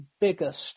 biggest